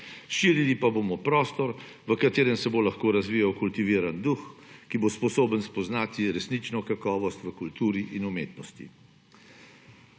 širili pa bomo prostor, v katerem se bo lahko razvijal kultiviran duh, ki bo sposoben spoznati resnično kakovost v kulturi in umetnosti.